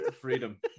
freedom